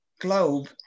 globe